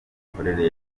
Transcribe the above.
imikorere